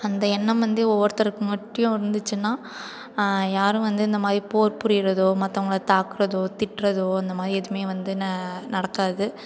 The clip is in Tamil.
அந்த எண்ணம் வந்து ஒவ்வொருத்தருக்கு மட்டும் இருந்துச்சுன்னா யாரும் வந்து இந்த மாதிரி போர் புரியறதோ மத்தவங்களை தாக்கறதோ திட்டுறதோ அந்த மாதிரி எதுவுமே வந்து ந நடக்காது